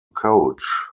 coach